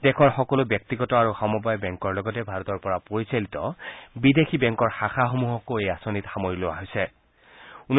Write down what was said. দেশৰ সকলো ব্যক্তিগত আৰু সমবায় বেংকৰ লগতে ভাৰতৰ পৰা পৰিচালিত বিদেশী বেংকৰ শাখাসমূহকো এই আঁচনিত সামৰি লোৱা হব